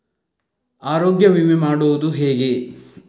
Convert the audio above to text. ಆರೋಗ್ಯ ವಿಮೆ ಮಾಡುವುದು ಹೇಗೆ?